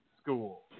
school